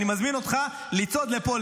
אני מזמין אותך לצעוד לפה,